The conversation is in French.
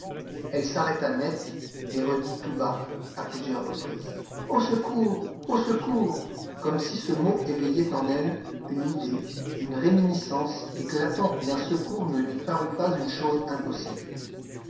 elle s'arrêta net et redit tout bas à plusieurs reprises au secours au secours comme si ce mot éveillait en elle une idée une réminiscence et que l'attente d'un secours ne lui parût pas une chose impossible